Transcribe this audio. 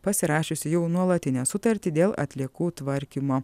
pasirašiusi jau nuolatinę sutartį dėl atliekų tvarkymo